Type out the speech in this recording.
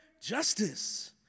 Justice